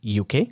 UK